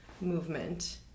movement